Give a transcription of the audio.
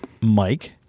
Mike